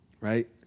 Right